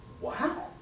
wow